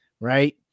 Right